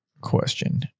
question